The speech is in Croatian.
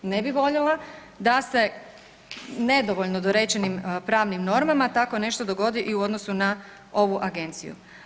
Ne bi voljela da se nedovoljno dorečenim pravnim normama takvo nešto dogodi i u odnosu na ovu agenciju.